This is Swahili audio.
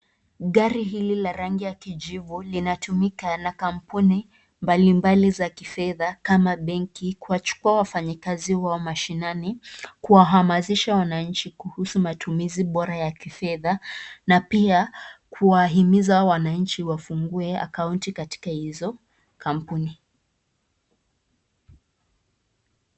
Gari hili la rangi ya kijivu linatumika na kampuni mbambali za kifedha kama vile wafanyikazi wa mashinani kuwahamasisha wananchi kuhusu utumizi bora wa kifedha. Na pia kuwahimiza wananchi wafungue akaunti katika hizo kampuni.